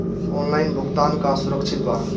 Online भुगतान का सुरक्षित बा?